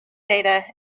data